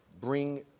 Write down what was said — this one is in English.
bring